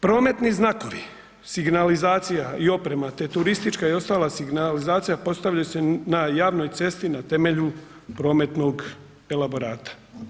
Prometni znakovi, signalizacija i oprema te turistička i ostala signalizacija postavljaju se na javnoj cesti na temelju prometnog elaborata.